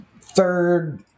Third